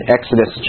Exodus